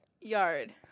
yard